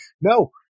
no